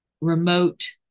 remote